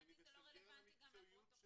מבחינתי זה לא רלוונטי גם לפרוטוקול.